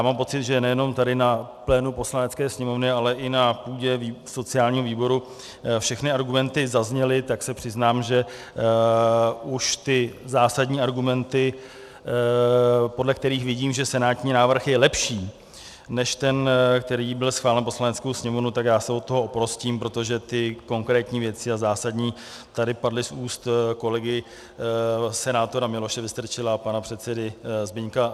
Mám pocit, že nejenom tady na plénu Poslanecké sněmovny, ale i na půdě sociálního výboru všechny argumenty zazněly, tak se přiznám, že už ty zásadní argumenty, podle kterých vidím, že senátní návrh je lepší než ten, který byl schválen Poslaneckou sněmovnou, tak já se od toho oprostím, protože ty konkrétní věci a zásadní tady padly z úst kolegy senátora Miloše Vystrčila a pana předsedy Zbyňka Stanjury.